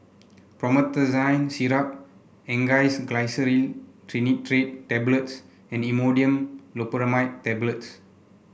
Promethazine Syrup Angised Glyceryl Trinitrate Tablets and Imodium Loperamide Tablets